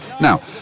Now